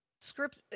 Script